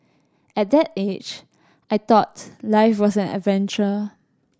at that age I thought life was an adventure